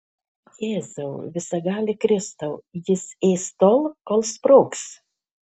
jėzau visagali kristau jis ės tol kol sprogs